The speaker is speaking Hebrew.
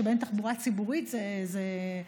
שבהן תחבורה ציבורית זה תפיסה,